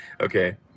Okay